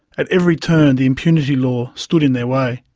at every turn the impunity law stood in their way.